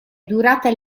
durata